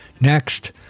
Next